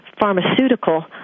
pharmaceutical